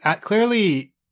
clearly